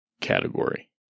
category